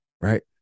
right